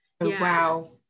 Wow